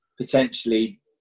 potentially